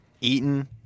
Eaton